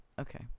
Okay